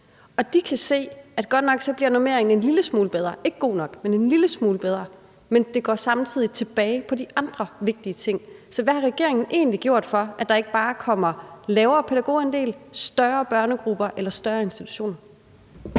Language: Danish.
og de kan se, at godt nok bliver normeringen en lille smule bedre – ikke god nok, men en lille smule bedre – men det går samtidig tilbage med de andre vigtige ting. Så hvad har regeringen egentlig gjort, for at der ikke bare kommer en lavere pædagogandel, større børnegrupper eller større institutioner?